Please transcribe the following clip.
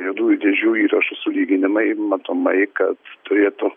juodųjų dėžių įrašų sulyginimai matomai kad turėtų